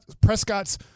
Prescott's